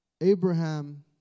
Abraham